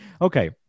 Okay